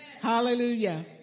Hallelujah